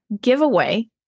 giveaway